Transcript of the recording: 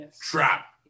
trap